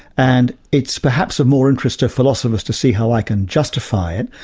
and it's perhaps of more interest to philosophers to see how i can justify it,